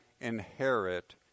inherit